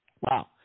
Wow